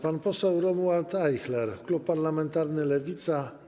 Pan poseł Romuald Ajchler, klub parlamentarny Lewica.